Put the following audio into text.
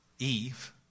Eve